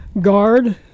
guard